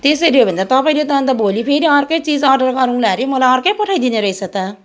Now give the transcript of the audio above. त्यसरी हो भने त तपाईँले त अन्त भोलि फेरि अर्कै चिज गरौँला अरे मलाई अर्कै पठाइदिनुहुने रहेछ त